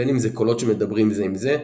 בין אם זה קולות שמדברים זה עם זה,